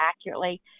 accurately